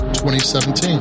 2017